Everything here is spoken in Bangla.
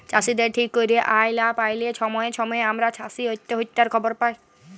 চাষীদের ঠিক ক্যইরে আয় লা প্যাইলে ছময়ে ছময়ে আমরা চাষী অত্যহত্যার খবর পায়